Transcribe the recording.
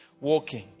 walking